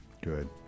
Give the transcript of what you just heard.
Good